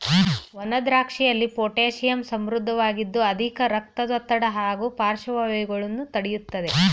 ಒಣದ್ರಾಕ್ಷಿಯಲ್ಲಿ potassium ಸಮೃದ್ಧವಾಗಿದ್ದು ಅಧಿಕ ರಕ್ತದೊತ್ತಡ ಹಾಗೂ ಪಾರ್ಶ್ವವಾಯುಗಳನ್ನು ತಡಿತದೆ